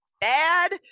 bad